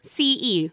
CE